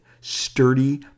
sturdy